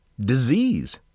disease